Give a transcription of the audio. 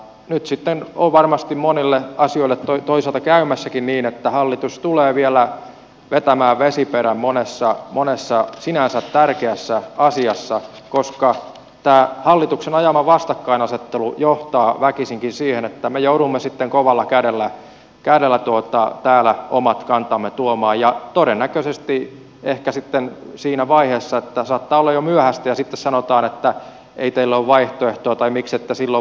nyt sitten on varmasti monille asioille toisaalta käymässäkin niin että hallitus tulee vielä vetämään vesiperän monessa sinänsä tärkeässä asiassa koska hallituksen ajama vastakkainasettelu johtaa väkisinkin siihen että me joudumme sitten kovalla kädellä täällä omat kantamme tuomaan esille ja todennäköisesti ehkä sitten siinä vaiheessa että saattaa olla jo myöhäistä ja sitten sanotaan että ei teillä ole vaihtoehtoa tai miksette silloin vaikuttaneet